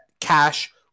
cash –